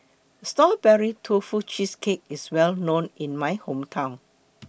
Strawberry Tofu Cheesecake IS Well known in My Hometown